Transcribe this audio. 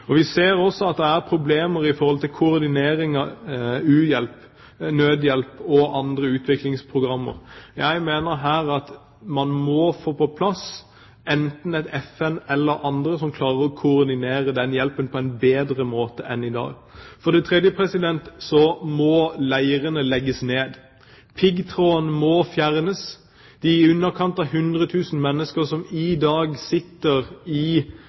ser vi at det er problemer når det gjelder koordinering av u-hjelp, nødhjelp og andre utviklingsprogrammer. Jeg mener at man må få på plass dette, enten ved hjelp av FN eller av andre som klarer å koordinere den hjelpen på en bedre måte enn i dag. For det tredje må leirene legges ned. Piggtråden må fjernes. De i underkant av 100 000 mennesker som i dag sitter i